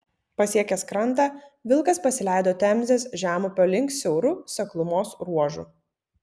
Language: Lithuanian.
pasiekęs krantą vilkas pasileido temzės žemupio link siauru seklumos ruožu